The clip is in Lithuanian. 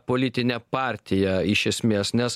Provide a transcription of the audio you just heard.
politine partija iš esmės nes